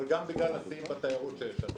אבל גם בגלל השיאים בתיירות שיש לנו.